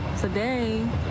today